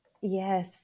Yes